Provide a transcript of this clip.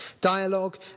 Dialogue